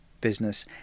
business